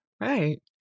right